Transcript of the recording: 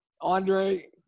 Andre